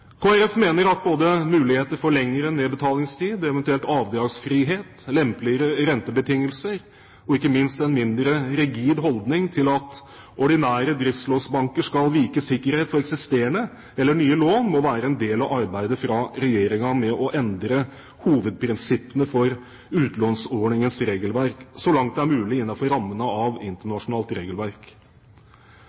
mener at både muligheter for lengre nedbetalingstid, eventuelt avdragsfrihet, lempeligere rentebetingelser og ikke minst en mindre rigid holdning til at ordinære driftslånsbanker skal vike sikkerhet for eksisterende eller nye lån, må være en del av arbeidet til Regjeringen med å endre hovedprinsippene for utlånsordningens regelverk – så langt det er mulig innenfor rammene av internasjonalt regelverk.